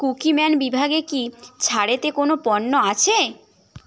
Cookieman বিভাগে কি ছাড়েতে কোনও পণ্য আছে